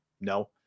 No